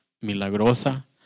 milagrosa